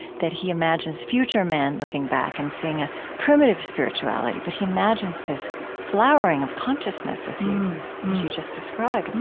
that he imagines future man looking back and seeing a primitive spirituality. but he imagines this flowering of consciousness, as you you just described.